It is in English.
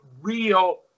real